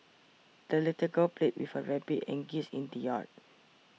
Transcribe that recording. the little girl played with her rabbit and geese in the yard